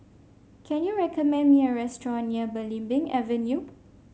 can you recommend me a restaurant near Belimbing Avenue